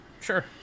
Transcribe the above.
Sure